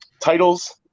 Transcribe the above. titles